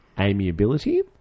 Amiability